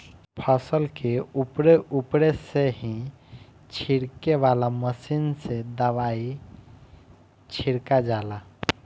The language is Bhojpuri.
फसल के उपरे उपरे से ही छिड़के वाला मशीन से दवाई छिड़का जाला